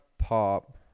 Pop